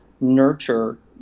nurture